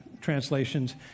translations